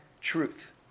truth